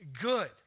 good